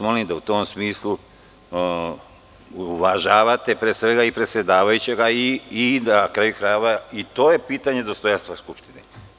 Molim vas da u tom smislu uvažavate pre svega i predsedavajućeg i, na kraju krajeva, to je pitanje dostojanstva Skupštine.